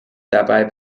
dabei